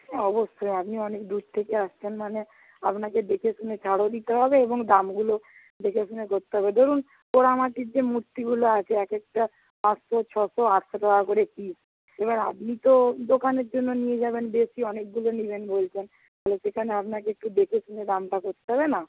অবশ্যই আপনি অনেক দূর থেকে আসছেন মানে আপনাকে দেখেশুনে ছাড়ও দিতে হবে এবং দামগুলো দেখেশুনে করতে হবে ধরুন পোড়ামাটির যে মূর্তিগুলো আছে এক একটা পাঁচশো ছশো আটশো টাকা করে পিস এবার আপনি তো দোকানের জন্য নিয়ে যাবেন বেশী অনেকগুলো নেবেন বলছেন তো সেখানে আপনাকে একটু দেখেশুনে দামটা করতে হবে না